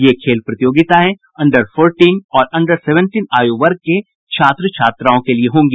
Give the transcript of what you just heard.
ये खेल प्रतियोगिताएं अंडर फोर्टीन और अंडर सेवेंटिन आयु वर्ग के छात्र छात्राओं के लिए होगी